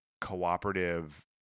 cooperative